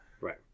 Right